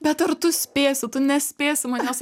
bet ar tu spėsi tu nespėsi manęs